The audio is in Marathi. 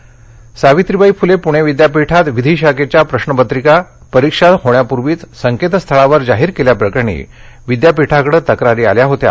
प्रश्नपत्रिका फटली सावित्रीबाई फुले पूणे विद्यापीठात विधी शाखेच्या प्रश्नपत्रिका परीक्षा होण्यापूर्वीच संकेतस्थळावर जाहीर केल्याप्रकरणी विद्यापीठाकडे तक्रारी आल्या होत्या